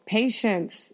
patience